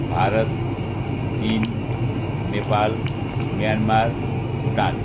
भारत चिन नेपाल म्यानमार भुटान